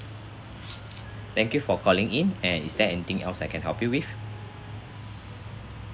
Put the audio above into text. thank you for calling in and is there anything else I can help you with